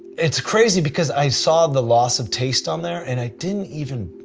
it's crazy because i saw the loss of taste on there and i didn't even,